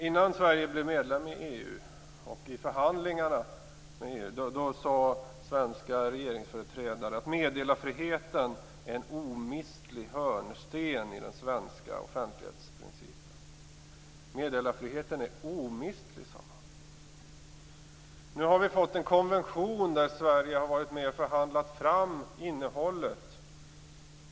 Innan Sverige blev medlem i EU sade svenska regeringsföreträdare - detta gäller också i förhandlingarna med EU - att meddelarfriheten är en omistlig hörnsten i den svenska offentlighetsprincipen. Nu har vi fått en konvention. Sverige har varit med vid framförhandlandet av innehållet.